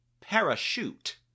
parachute